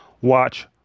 watch